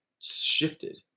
shifted